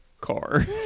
car